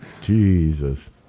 Jesus